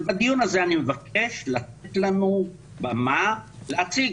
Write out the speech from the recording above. ובדיון הזה אני מבקש לתת לנו במה להציג,